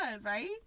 right